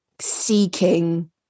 seeking